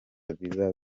biba